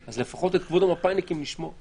אז לפחות את כבוד המאפ"יניקים נשמור.